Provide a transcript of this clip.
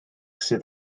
sydd